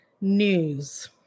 news